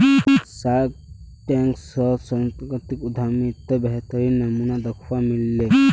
Shark Tank शोत सांस्कृतिक उद्यमितार बेहतरीन नमूना दखवा मिल ले